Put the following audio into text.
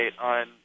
on